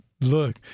Look